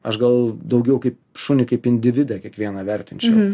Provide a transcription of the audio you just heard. aš gal daugiau kaip šunį kaip individą kiekvieną vertinčiau